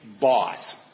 boss